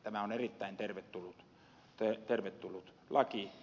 tämä on erittäin tervetullut laki